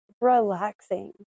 relaxing